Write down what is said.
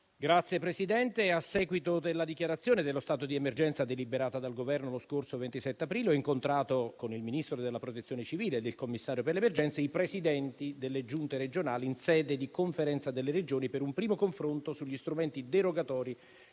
Signora Presidente, a seguito della dichiarazione dello stato di emergenza, deliberato dal Governo lo scorso 27 aprile, ho incontrato con il Ministro per la protezione civile e il Commissario per l'emergenza i Presidenti delle Giunte regionali in sede di Conferenza delle Regioni per un primo confronto sugli strumenti derogatori